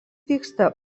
vyksta